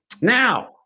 Now